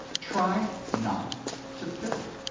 try not to fill it.